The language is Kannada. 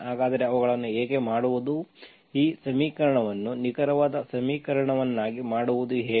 ಹಾಗಾದರೆ ಅವುಗಳನ್ನು ಹೇಗೆ ಮಾಡುವುದು ಈ ಸಮೀಕರಣವನ್ನು ನಿಖರವಾದ ಸಮೀಕರಣವನ್ನಾಗಿ ಮಾಡುವುದು ಹೇಗೆ